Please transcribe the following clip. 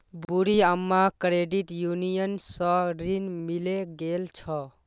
बूढ़ी अम्माक credit union स ऋण मिले गेल छ